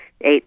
eight